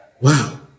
Wow